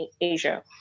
Asia